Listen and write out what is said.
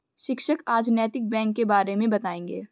शिक्षक आज नैतिक बैंक के बारे मे बताएँगे